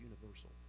universal